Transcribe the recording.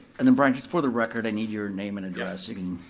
and then brian, just for the record, i need your name and address, you can.